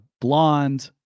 blonde